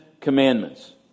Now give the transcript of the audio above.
Commandments